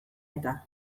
eta